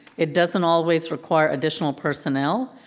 it doesn't always require additional personnel,